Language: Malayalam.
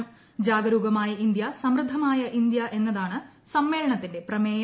ജാഗരൂകമായ ഇന്ത്യ സമൃദ്ധമായ ഇന്ത്യ എന്നതാണ് സമ്മേളനത്തിന്റെ പ്രമേയം